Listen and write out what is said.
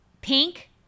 Pink